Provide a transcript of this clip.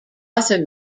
arthur